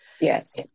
Yes